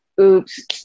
oops